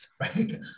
Right